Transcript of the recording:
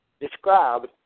described